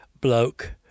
bloke